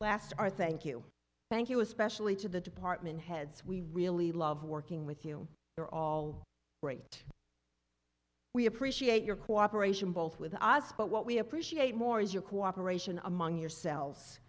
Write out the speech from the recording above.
last our thank you thank you especially to the department heads we really love working with you they're all great we appreciate your cooperation both with us but what we appreciate more is your cooperation among yourselves